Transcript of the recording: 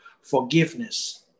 forgiveness